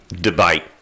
debate